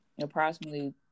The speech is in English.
approximately